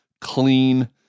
clean